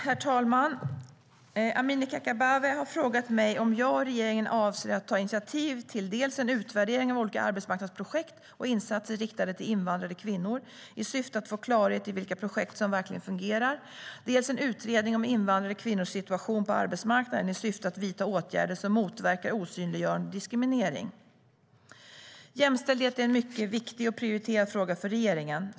Herr talman! Amineh Kakabaveh har frågat mig om jag och regeringen avser att ta initiativ till dels en utvärdering av olika arbetsmarknadsprojekt och insatser riktade till invandrade kvinnor, i syfte att få klarhet i vilka projekt som verkligen fungerar, dels en utredning om invandrade kvinnors situation på arbetsmarknaden, i syfte att vidta åtgärder som motverkar osynliggörande och diskriminering. Jämställdhet är en mycket viktig och prioriterad fråga för regeringen.